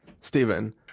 Stephen